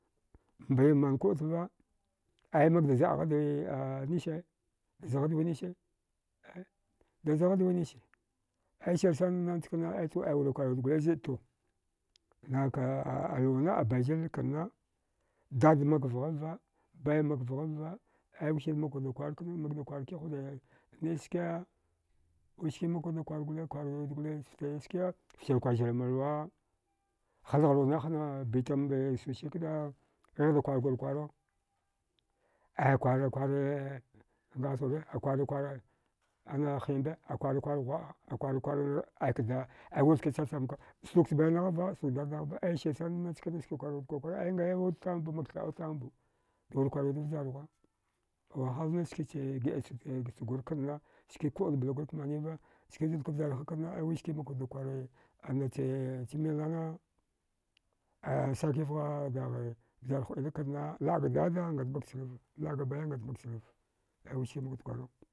Mbai mankuɗtava ai makda zaɗghadwi nise, zaghadwi nise dazaghadwi nise aya sirsaninna chkana aito ai dawura warwiwud gole zya to nghaka aluwana abazil kanna dad mak vghava baimak vghava ai wisar makwuda kwar kana makda kwarkiwud nachske wiski makwuda kwargole kwarwiwad goliftske fchil kwaziran mluwa haldgharwud nahana bitambe s usiy kda ghighda kwargurkwara, akwarrakwar ngathaghure akwarrakwar hiba akwarrakwar ghwa. a akwarrkwar ai kda aiwiska chachamka. snukcha bainaghva, snukch dadannaghva aya sirsana nachski warwud kwakwra aya daura kwarwi wuda vjarghuwa wahalnach skiche diɗa chgur kanna ski kuɗag blagurka maniva chkini zudka vjarha kanna ai wiski makwuda kware anache milnana aya sakivgha daghe vjar huɗina kanna laɗga dada ngatmak chnava laga baya ngatmak chnava aya wiski makwud warau.